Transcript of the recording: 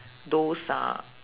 those are